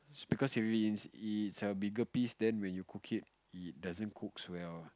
it's because if it it's in bigger piece then when you cook it it doesn't cooks well